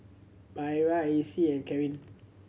Myra Acy and Carin